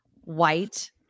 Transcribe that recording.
white